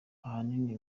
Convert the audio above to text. ahanini